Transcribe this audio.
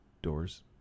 Doors